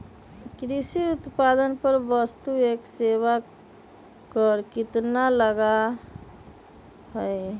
कृषि उत्पादन पर वस्तु एवं सेवा कर कितना लगा हई?